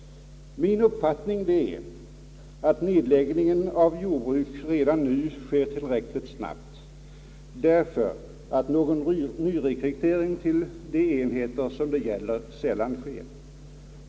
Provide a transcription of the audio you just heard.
Min uppfattning är att nedläggningen av jordbruk redan nu sker tillräckligt snabbt därför att någon nyrekrytering sällan sker till de enheter det här gäller.